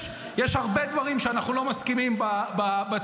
יש הרבה דברים שאנחנו לא מסכימים בצדדים,